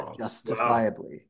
Justifiably